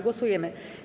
Głosujemy.